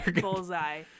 bullseye